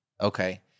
Okay